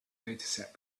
dataset